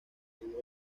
libro